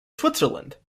switzerland